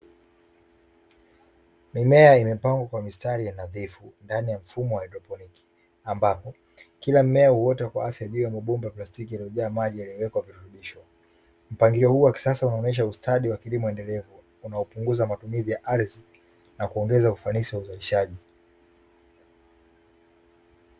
Mimea imepangwa kwa mistari nadhifu ndani ya mfumo wa haidroponi ambapo kila mmea huota kwa afya juu ya mabomba ya plastiki yaliyojaa maji yaliyowekwa virutubisho. Mpangilio huu wa kisasa unaonyesha ustadi wa kilimo endelevu unaopunguza matumizi ya ardhi na kuongeza ufanisi wa uzalishaji.